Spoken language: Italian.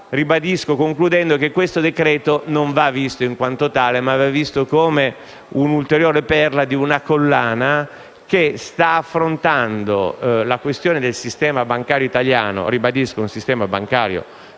Ribadisco concludendo che tale provvedimento non va considerato in quanto tale, ma come un'ulteriore perla di una collana che sta affrontando la questione del sistema bancario italiano - ribadisco, un sistema bancario sano